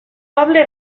poble